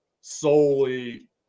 solely